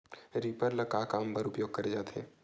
Reaper ल का काम बर उपयोग करे जाथे?